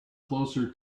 closer